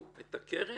אם יש בן אדם,